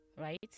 right